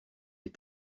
les